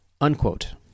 Unquote